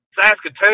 Saskatoon